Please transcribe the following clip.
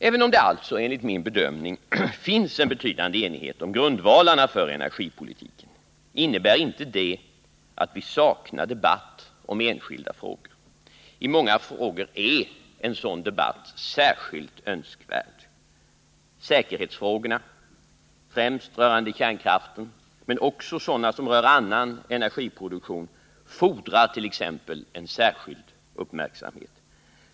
Även om det alltså, enligt min bedömning, finns en betydande enighet om grundvalarna för energipolitiken innebär det inte att vi saknar debatt om enskilda frågor. I många frågor är en sådan debatt särskilt önskvärd. Säkerhetsfrågorna — främst rörande kärnkraften men också sådana som rör annan energiproduktion — fordrar t.ex. en ständig uppmärksamhet.